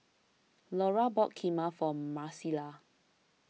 Lora bought Kheema for Marcela